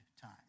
time